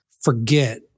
forget